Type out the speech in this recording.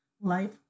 Life